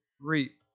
reap